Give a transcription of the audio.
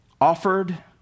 Offered